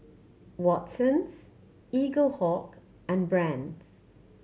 Watsons Eaglehawk and Brand's